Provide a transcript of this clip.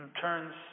turns